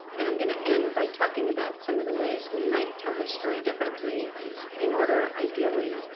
and i'm going to end by talking about some of the ways we might tell this story differently in order, ideally,